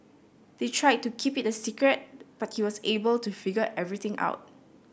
they tried to keep it a secret but he was able to figure everything out